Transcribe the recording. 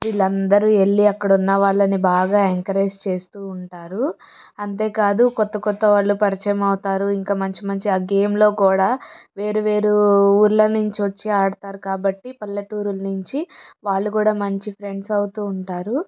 వీళ్ళందరూ వెళ్ళి అక్కడ ఉన్నవాళ్లని బాగా ఎంకరేజ్ చేస్తూ ఉంటారు అంతేకాదు కొత్త కొత్తవాళ్లు పరిచయం అవుతారు ఇంకా మంచి మంచి ఆ గేములో కూడ వేరు వేరు ఊర్ల నుంచి ఆడతారు కాబట్టి పల్లెటూరు నుంచి వాళ్ళుకూడ మంచి ఫ్రెండ్స్ అవుతూ ఉంటారు